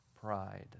pride